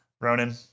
ronan